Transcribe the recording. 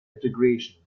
integration